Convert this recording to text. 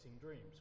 dreams